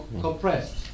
compressed